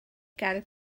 gael